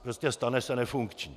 Prostě, stane se nefunkčním.